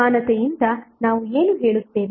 ಸಮಾನತೆಯಿಂದ ನಾವು ಏನು ಹೇಳುತ್ತೇವೆ